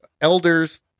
elders